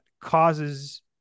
causes